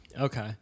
okay